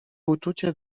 uczucie